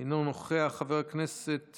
אינו נוכח, חבר הכנסת